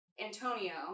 Antonio